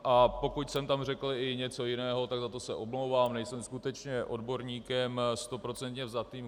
A pokud jsem tam řekl i něco jiného, tak za to se omlouvám, nejsem skutečně odborníkem stoprocentně vzatým.